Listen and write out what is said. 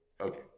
Okay